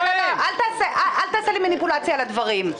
גפני, אל תעשה לי מניפולציה על הדברים.